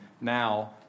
now